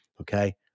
okay